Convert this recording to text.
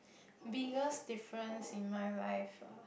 biggest difference in my life ah